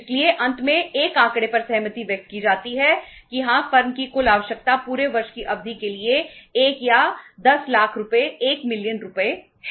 इसलिए अंत में एक आंकड़े पर सहमति व्यक्त की जाती है कि हां फर्म की कुल आवश्यकता पूरे वर्ष की अवधि के लिए 1 या 10 लाख रुपये 1 मिलियन रुपये है